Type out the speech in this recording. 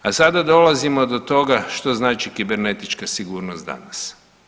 A sada dolazimo do toga što znači kibernetička sigurnost danas.